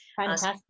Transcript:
Fantastic